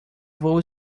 voo